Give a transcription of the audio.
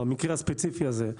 במקרה הספציפי הזה,